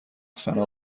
فنا